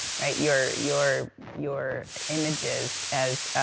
right, your, your your images as,